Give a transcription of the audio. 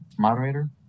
moderator